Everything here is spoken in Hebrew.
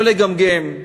לא לגמגם,